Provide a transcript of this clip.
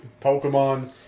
Pokemon